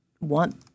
want